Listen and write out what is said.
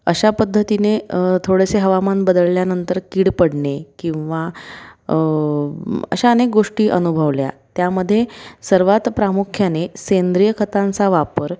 अशा पद्धतीने थोडेसे हवामान बदलल्यानंतर कीड पडणे किंवा अशा अनेक गोष्टी अनुभवल्या त्यामध्ये सर्वात प्रामुख्याने सेंद्रिय खतांचा वापर